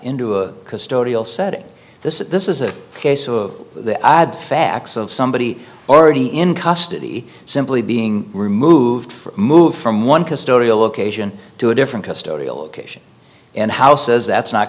into a custodial setting this is this is a case of the add facts of somebody already in custody simply being removed moved from one custodial location to a different custody a location and houses that's not